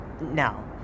no